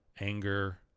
anger